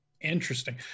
interesting